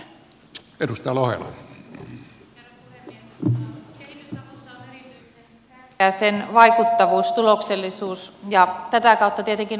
kehitysavussa on erityisen tärkeää sen vaikuttavuus tuloksellisuus ja tätä kautta tietenkin uskottavuus